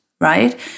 right